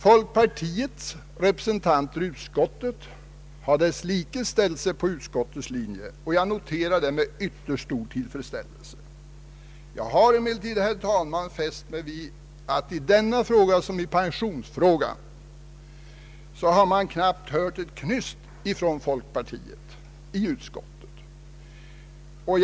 Folkpartiets representanter i utskottet har desslikes ställt sig på utskotteis linje. Jag noterar detta med ytterst stor tillfredsstälilelse. Jag har emellertid, herr talman, fäst mig vid att man i denna fråga liksom i pensionsfrågan knappt har hört ett knyst från folkpartiet i utskottet.